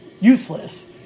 useless